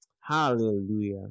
hallelujah